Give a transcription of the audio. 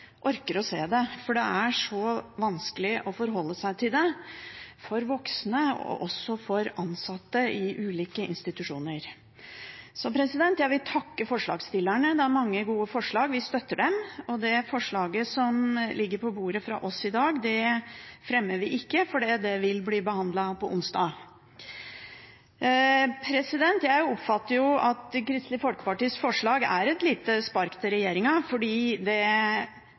orker å se det, for det er så vanskelig å forholde seg til det for både voksne og ansatte i ulike institusjoner. Så jeg vil takke forslagsstillerne. Det er mange gode forslag – vi støtter dem. Det forslaget som ligger på bordet fra oss i dag, fremmer vi ikke, for det vil bli behandlet på onsdag. Jeg oppfatter at Kristelig Folkepartis forslag er et lite spark til regjeringen, for det